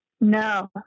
No